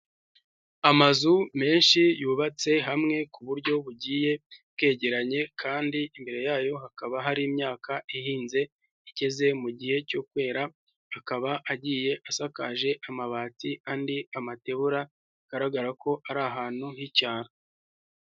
Amazu menshi yubatse hamwe ku buryo bugiye bwegeranye kandi imbere yayo hakaba hari imyaka ihinze igeze mu gihe cyo kwera, akaba agiye asakaje amabati, andi amatebura, bigaragara ko ari ahantu h'icyaro.